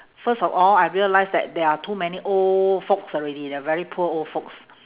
first of all I realise that there are too many old folks already they are very poor old folks